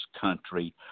country